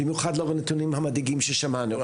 במיוחד לאור הנתונים המדאיגים ששמענו.